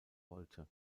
wollte